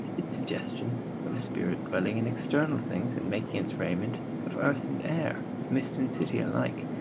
its suggestion of a spirit dwelling in external things and making its raiment of earth and air, of mist and city alike,